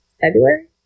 February